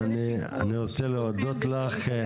אני רוצה להודות לך,